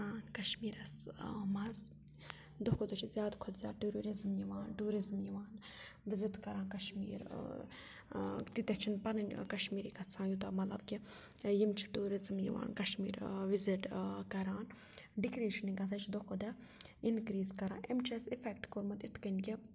کَشمیٖرَس منٛز دۄہ کھۄ دۄہ چھِ زیادٕ کھۄتہٕ زیادٕ ٹیوٗرِرِزٕم یِوان ٹوٗرِزٕم یِوان وِزِٹ کَران کَشمیٖر تیٖتیاہ چھِنہٕ پَنٕنۍ کَشمیٖری گَژھان یوٗتاہ مطلب کہِ یِم چھِ ٹوٗرِزٕم یِوان کَشمیٖر وِزِٹ کَران ڈِکرٛیٖزِ چھُنہٕ یہِ گژھان یہِ چھِ دۄہ کھۄ دۄہ اِنکِرٛیٖز کَران أمۍ چھِ اَسہِ اِفٮ۪کٹ کوٚرمُت یِتھ کٔنۍ کہِ